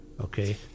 Okay